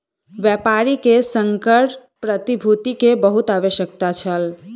व्यापारी के संकर प्रतिभूति के बहुत आवश्यकता छल